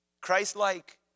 Christ-like